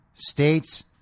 States